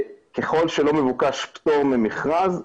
ככל שלא מבוקש פטור ממכרז,